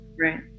right